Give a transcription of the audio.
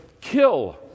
kill